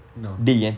no